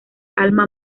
alma